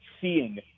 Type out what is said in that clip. seeing